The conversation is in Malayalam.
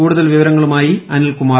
കൂടുതൽ വിവരങ്ങളുമായി അനിൽകുമാർ